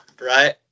right